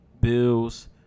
Bills